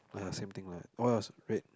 !aiya! same thing lah oh it was red